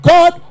God